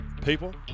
people